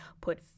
put